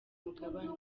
mugabane